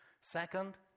Second